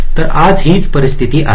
तर आज हिच परिस्थिती आहे